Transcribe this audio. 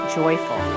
joyful